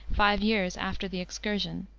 five years after the excursion.